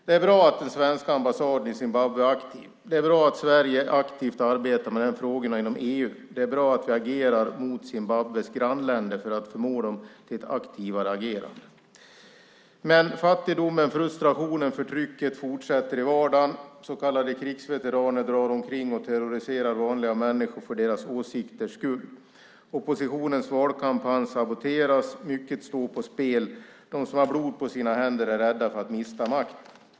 Det är bra att den svenska ambassaden i Zimbabwe är aktiv. Det är bra att Sverige aktivt arbetar med de här frågorna inom EU. Det är bra att vi agerar mot Zimbabwes grannländer för att förmå dem till ett aktivare agerande. Men fattigdomen, frustrationen och förtrycket fortsätter i vardagen. Så kallade krigsveteraner drar omkring och terroriserar vanliga människor för deras åsikters skull. Oppositionens valkampanj saboteras. Mycket står på spel - de som har blod på sina händer är rädda för att mista makten.